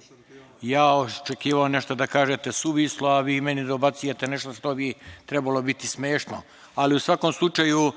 sam očekivao nešto da kažete suvislo, a vi meni dobacujete nešto što bi trebalo biti smešno.U svakom slučaju